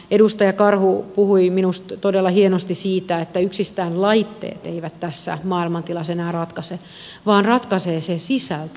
edustaja karhu puhui minusta todella hienosti siitä että yksistään laitteet eivät tässä maailmantilassa enää ratkaise vaan ratkaisee se sisältö